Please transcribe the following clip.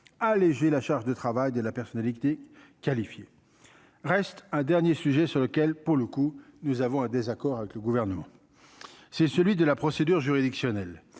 alléger la charge de travail et la personnalité qualifiée reste un dernier sujet sur lequel pour le coup, nous avons un désaccord avec le gouvernement, c'est celui de la procédure juridictionnelle